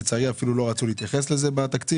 לצערי אפילו לא רצו להתייחס לזה בתקציב